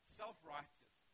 self-righteous